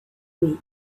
week